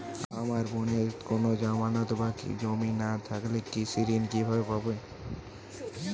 আমার বোনের কোন জামানত বা জমি না থাকলে কৃষি ঋণ কিভাবে পাবে?